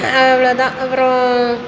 அவ்வளோதான் அப்புறம்